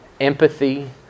empathy